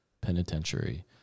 penitentiary